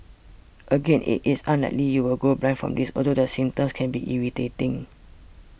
again it is unlikely you will go blind from this although the symptoms can be irritating